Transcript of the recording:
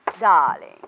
darling